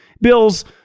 Bills